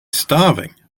starving